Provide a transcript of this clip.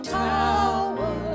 tower